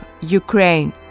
Ukraine